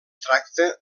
tracta